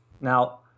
Now